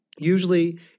Usually